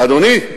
אדוני,